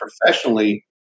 professionally